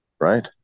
right